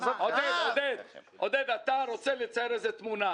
עודד פורר, אתה רוצה לצייר איזו תמונה.